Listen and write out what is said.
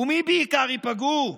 ומי בעיקר ייפגעו?